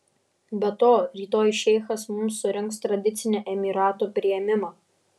be to rytoj šeichas mums surengs tradicinį emyratų priėmimą